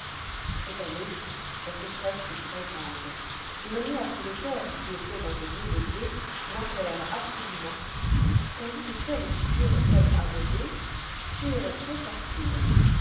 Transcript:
cette année la sécheresse fut très-grande de manière que les terres qui étoient dans les lieux élevés manquèrent absolument tandis que celles qui purent être arrosées furent